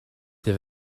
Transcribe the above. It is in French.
tes